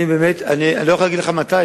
אני לא יכול להגיד לך מתי,